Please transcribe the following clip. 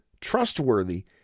trustworthy